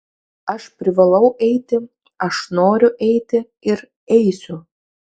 aš privalau eiti aš noriu eiti ir eisiu